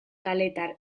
kaletar